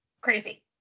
crazy